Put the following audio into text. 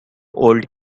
old